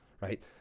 right